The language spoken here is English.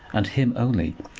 and him only.